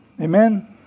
Amen